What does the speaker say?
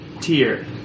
tier